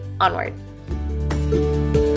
Onward